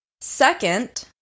Second